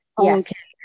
Yes